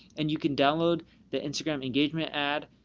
and you can download the instagram engagement ad.